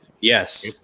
Yes